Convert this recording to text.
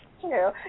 true